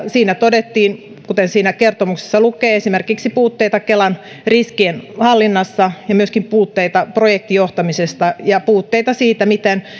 siinä todettiin kuten kertomuksessa lukee esimerkiksi puutteita kelan riskienhallinnassa ja myöskin puutteita projektijohtamisessa ja puutteita siinä miten